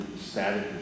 static